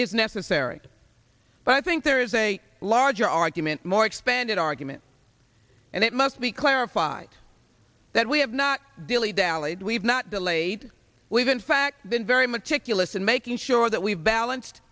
is necessary but i think there is a larger argument more expanded argument and it must be clarified that we have not the only valid we've not delayed we've in fact been very meticulous in making sure that we've balanced